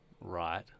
right